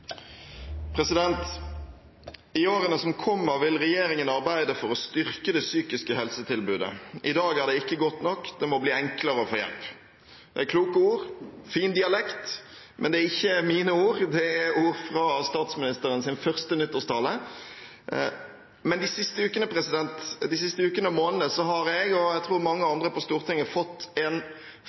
det ikke godt nok. Det må bli enklere å få hjelp.» Det er kloke ord – fin dialekt – men det er ikke mine ord. Det er ord fra statsministerens første nyttårstale. De siste ukene og månedene har jeg – og mange andre på Stortinget, tror jeg – fått en